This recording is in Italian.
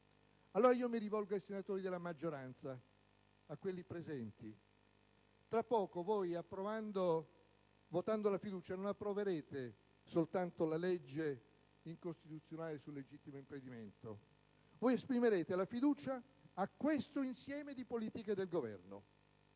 rilevanti. Mi rivolgo allora ai senatori della maggioranza, a quelli presenti. Tra poco, votando la fiducia non approverete soltanto la legge incostituzionale sul legittimo impedimento: voi esprimerete la fiducia a questo insieme di politiche del Governo